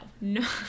no